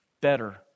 better